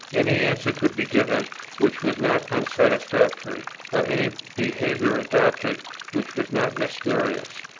any answer could be given which was not unsatisfactory, or any behaviour adopted which was not mysterious.